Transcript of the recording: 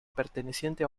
perteneciente